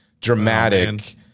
dramatic